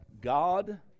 God